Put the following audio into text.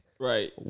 Right